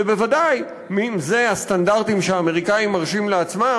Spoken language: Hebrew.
ובוודאי אם אלה הסטנדרטים שהאמריקנים מרשים לעצמם,